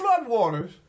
floodwaters